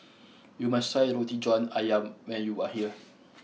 you must try Roti John Ayam when you are here